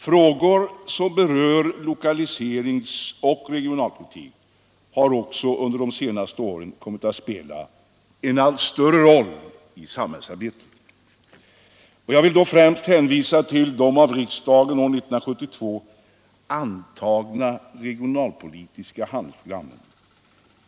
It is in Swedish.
Frågor som berör lokaliseringsoch regionalpolitik har också under de senaste åren kommit att spela en allt större roll i samhällsarbetet. Jag vill då främst hänvisa till de av riksdagen år 1972 antagna regionalpolitiska handlingsprogrammen.